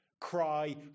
cry